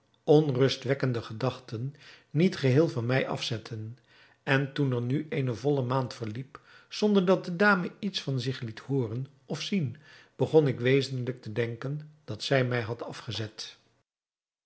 onrustwekkende gedachten niet geheel van mij afzetten en toen er nu eene volle maand verliep zonder dat de dame iets van zich liet hooren of zien begon ik wezentlijk te denken dat zij mij had afgezet